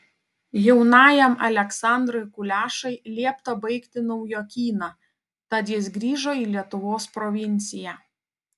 jaunajam aleksandrui kulešai liepta baigti naujokyną tad jis grįžo į lietuvos provinciją